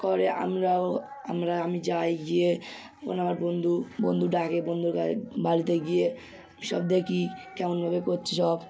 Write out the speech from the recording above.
করে আমরাও আমরা আমি যাই গিয়ে ওখানে আমার বন্ধু বন্ধু ডাকে বন্ধুর গাঁয়ে বাড়িতে গিয়ে সব দেখি কেমনভাবে কোচ্ছে সব